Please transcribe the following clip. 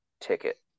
ticket